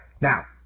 Now